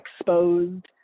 exposed